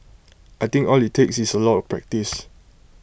I think all IT takes is A lot of practice